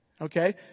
Okay